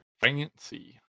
Fancy